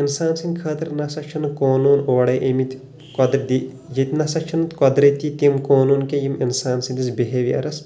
انسان سنٛدۍ خٲطرٕ نہَ سا چھنہٕ قونون اورے آمٕتۍ قۄدرٔتی ییٚتہِ نہ سا چھِنہٕ قۄدرٔتی تِم قونون کینٛہہ یِم انسان سٕنٛدِس بِہیوِیرس